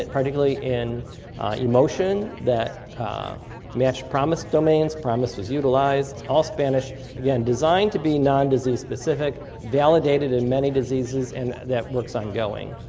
and particularly in emotion, that matched promis domains, promis is utilized, all spanish, again, designed to be non-disease-specific, validated in many diseases and that work is ongoing.